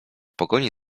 pogoni